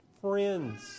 friends